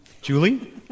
Julie